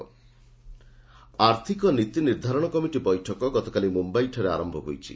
MPC meet ଆର୍ଥିକ ନୀତି ନିର୍ଦ୍ଧାରଣ କମିଟି ବୈଠକ ଗତକାଲି ମୁମ୍ବାଇଠାରେ ଆରମ୍ଭ ହୋଇଛି